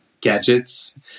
gadgets